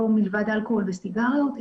לא מלבד אלכוהול וסיגריות,